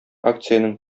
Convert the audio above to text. акциянең